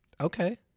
Okay